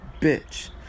bitch